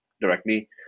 directly